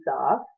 off